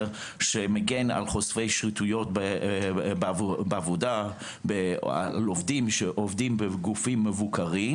שמגן על חושפי שחיתויות על עובדים שעובדים בגופים מבוקרים.